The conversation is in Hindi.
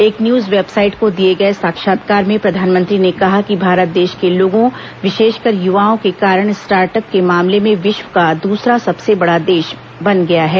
एक न्यूज वेबसाइट को दिये गए साक्षात्कार में प्रधानमंत्री ने कहा कि भारत देश के लोगों विशेषकर युवाओं के कारण स्टार्ट अप के मामले में विश्व का दूसरा सबसे बड़ा देश बन गया है